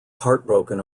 heartbroken